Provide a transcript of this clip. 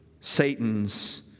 Satan's